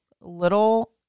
little